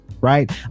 right